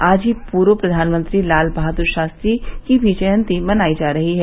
आज ही पूर्व प्रधानमंत्री लालबहादुर शास्त्री की भी जयंती मनायी जा रही है